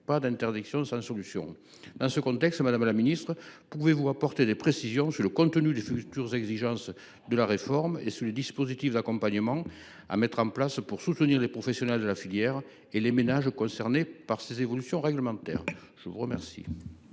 pas d’interdiction sans solution. Dans ce contexte, madame la ministre, pouvez vous apporter des précisions sur le contenu de la future réforme et sur les dispositifs d’accompagnement qu’il conviendra de mettre en place pour soutenir les professionnels de la filière et les ménages concernés par ces évolutions réglementaires ? La parole